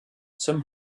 some